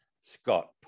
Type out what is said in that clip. Scott